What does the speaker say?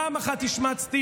פעם אחת השמצתי.